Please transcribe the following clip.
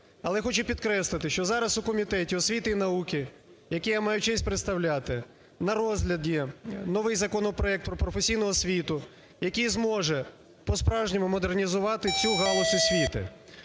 Але хочу підкреслити, що зараз у Комітеті освіти і науки, яке я маю честь представляти, на розгляді новий законопроект про професійну освіту, який зможе по-справжньому модернізувати цю галузь освіти.